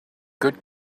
good